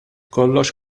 kollox